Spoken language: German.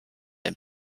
den